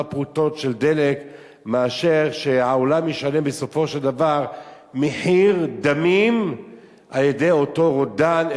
פרוטות מאשר שהעולם ישלם בסופו של דבר מחיר דמים על-ידי אותו רודן,